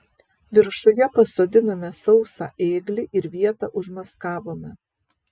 viršuje pasodinome sausą ėglį ir vietą užmaskavome